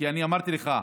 כי אמרתי לך,